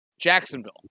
Jacksonville